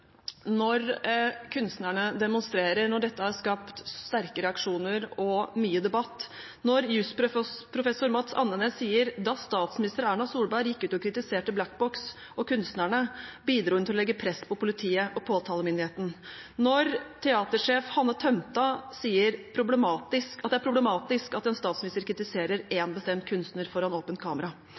Når kunstnerne demonstrerer, når dette har skapt sterke reaksjoner og mye debatt, når jussprofessor Mads Andenæs sier at da statsminister Erna Solberg gikk ut og kritiserte Black Box og kunstnerne, bidro hun til å legge press på politiet og påtalemyndigheten, når teatersjef Hanne Tømta sier det er problematisk at en statsminister kritiserer én bestemt kunstner foran åpent kamera,